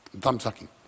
thumb-sucking